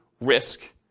risk